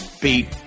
Beat